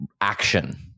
action